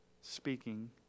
speaking